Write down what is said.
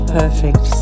perfect